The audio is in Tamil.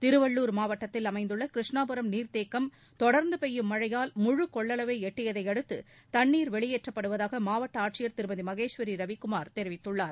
திருவள்ளூர் மாவட்டத்தில் அமைந்துள்ள கிருஷ்ணாபுரம் நீர்தேக்கம் தொடர்ந்து பெய்யும் மழையால் முழு கொள்ளளவை எட்டியதையடுத்து தண்ணீர் வெளியேற்றப்படுவதாக மாவட்ட ஆட்சியர் திருமதி மகேஷ்வரி ரவிக்குமார் தெரிவித்துள்ளார்